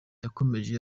yakomeje